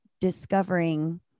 discovering